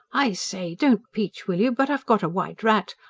i say, don't peach, will you, but i've got a white rat.